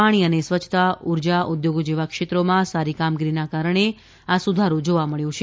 પાણી અને સ્વચ્છતા ઉર્જા ઉદ્યોગો જેવા ક્ષેત્રોમાં સારી કામગીરીના કારણે આ સુધારો જોવા મળ્યો છે